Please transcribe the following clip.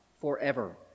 forever